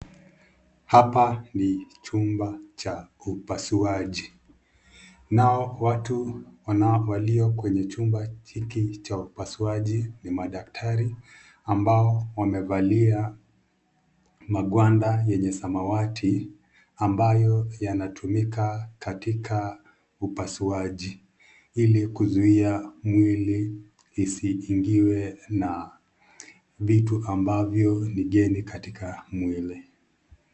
Hapa ni chumba cha upasuaji. Nao watu walio kwenye chumba hiki cha upasuaji ni madaktari ambao wamevalia magwanda yenye samawati ambayo yanatumika katika upasuaji ili kuzuia mwili isiingiwe na vitu ambavyo ni geni katika mwili.